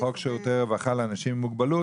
חוק שירותי רווחה לאנשים עם מוגבלות,